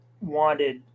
wanted